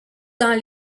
dans